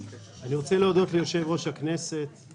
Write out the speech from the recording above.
אני רוצה להודות ליושב-ראש הכנסת,